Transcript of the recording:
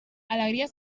alegria